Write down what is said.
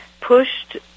pushed